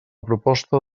proposta